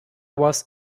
was